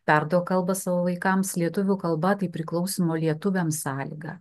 perduok kalbą savo vaikams lietuvių kalba taip priklausymo lietuviams sąlyga